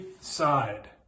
side